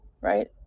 right